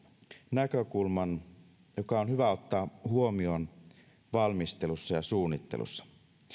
näkökulman joka on hyvä ottaa huomioon valmistelussa ja suunnittelussa